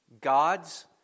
God's